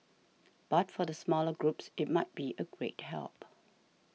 but for the smaller groups it might be a great help